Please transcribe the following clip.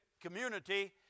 community